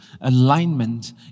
alignment